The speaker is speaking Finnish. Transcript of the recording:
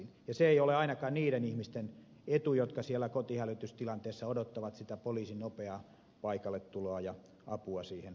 ja se ei ole ainakaan niiden ihmisten etu jotka siellä kotihälytystilanteessa odottavat sitä poliisin nopeaa paikalletuloa ja apua siihen tilanteeseen